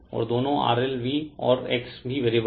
और दोनों RLV और X भी वेरिएबल है